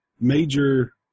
major